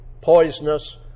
poisonous